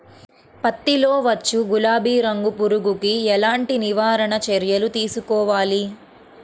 పత్తిలో వచ్చు గులాబీ రంగు పురుగుకి ఎలాంటి నివారణ చర్యలు తీసుకోవాలి?